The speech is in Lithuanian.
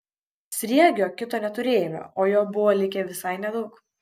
sriegio kito neturėjome o jo buvo likę visai nedaug